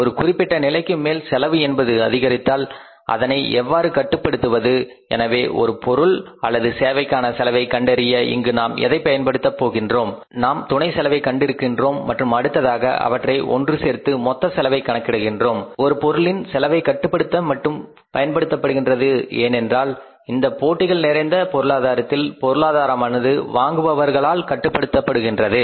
ஒரு குறிப்பிட்ட நிலைக்கு மேல் செலவு என்பது அதிகரித்தால் அதனை எவ்வாறு கட்டுப்படுத்துவது எனவே ஒரு பொருள் அல்லது சேவைக்கான செலவை கண்டறிய இங்கு நாம் எதை பயன்படுத்த போகின்றோம் நாம் துணை செலவை கண்டிருக்கின்றோம் மற்றும் அடுத்ததாக அவற்றை ஒன்று சேர்த்து மொத்த செலவை கணக்கிடுகிறோம் ஒரு பொருளின் செலவைக் கட்டுப்படுத்த மட்டும் பயன்படுத்தப்படுகின்றது ஏனென்றால் இந்தப் போட்டிகள் நிறைந்த பொருளாதாரத்தில் பொருளாதாரமானது வாங்குபவர்களால் கட்டுப்படுத்தப்படுகின்றது